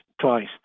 twice